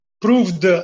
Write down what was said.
proved